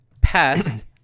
passed